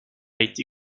été